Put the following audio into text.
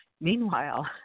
Meanwhile